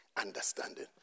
understanding